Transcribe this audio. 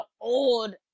old